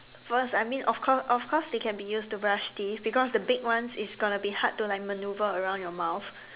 because I mean of course of course they can be used to brush teeth because the big ones is gonna be hard to maneuver around your mouth